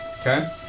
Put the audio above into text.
Okay